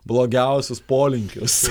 blogiausius polinkius